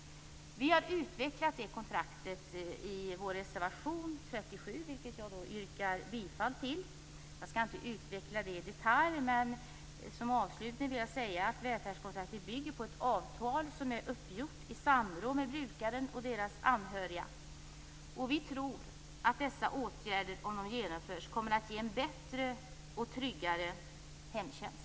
Vi har utvecklat det kontraktet i vår reservation 37, som jag yrkar bifall till. Jag skall inte utveckla detta i detalj, men som avslutning vill jag säga att välfärdskontraktet bygger på ett avtal som är uppgjort i samråd med brukarna och deras anhöriga. Vi tror att dessa åtgärder, om de genomförs, kommer att ge en bättre och tryggare hemtjänst.